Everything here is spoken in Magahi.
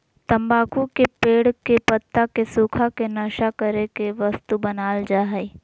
तम्बाकू के पेड़ के पत्ता के सुखा के नशा करे के वस्तु बनाल जा हइ